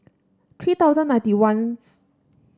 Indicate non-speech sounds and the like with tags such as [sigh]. three thousand ninety one [unintelligible]